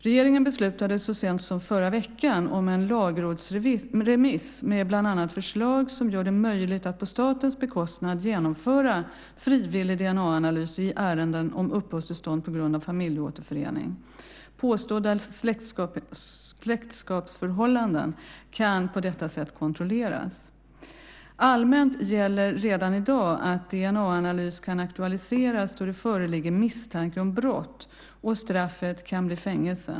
Regeringen beslutade, så sent som förra veckan, om en lagrådsremiss med bland annat förslag som gör det möjligt att på statens bekostnad genomföra frivillig DNA-analys i ärenden om uppehållstillstånd på grund av familjeåterförening. Påstådda släktskapsförhållanden kan på detta sätt kontrolleras. Allmänt gäller redan i dag att DNA-analys kan aktualiseras då det föreligger misstanke om brott och straffet kan bli fängelse.